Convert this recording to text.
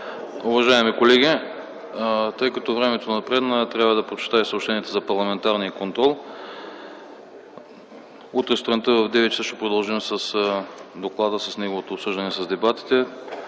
Уважаеми колеги, тъй като времето напредна, а трябва да прочета и съобщенията за парламентарния контрол, утре сутринта в 9,00 ч. ще продължим с доклада – с неговото обсъждане и с дебатите.